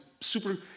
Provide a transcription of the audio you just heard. super